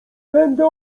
będę